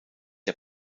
der